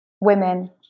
women